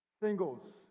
singles